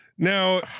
Now